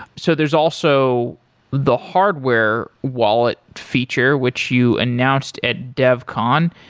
so there's also the hardware wallet feature which you announced at dev con.